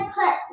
put